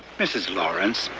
mrs. lawree,